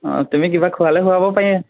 অঁ তুমি কিবা খোৱালে খোৱাব পাৰি